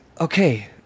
okay